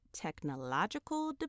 technological